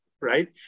right